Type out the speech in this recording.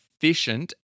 efficient